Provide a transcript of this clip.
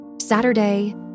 Saturday